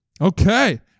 Okay